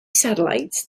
satellites